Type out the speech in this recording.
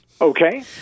Okay